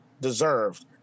deserved